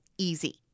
easy